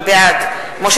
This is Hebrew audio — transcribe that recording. בעד יצחק כהן,